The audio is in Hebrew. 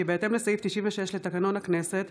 כי בהתאם לסעיף 96 לתקנון הכנסת,